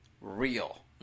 real